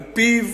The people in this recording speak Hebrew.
שעל-פיו